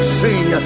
sing